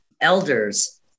elders